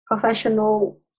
professional